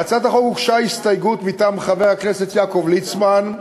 להצעת החוק הוגשה הסתייגות מטעם חבר הכנסת יעקב ליצמן,